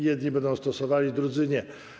Jedni będą stosowali, drudzy nie.